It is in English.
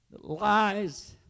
lies